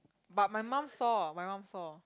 but my mum saw my mum saw